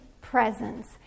presence